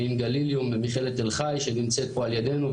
ועם גליליום במכללת תל חי שנמצאת פה על ידינו,